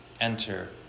Enter